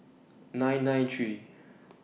nine nine three